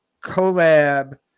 collab